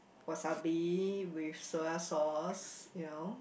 wasabi with soya sauce you know